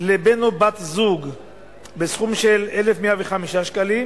לבן או בת זוג בסך 1,105 שקלים,